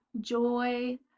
joy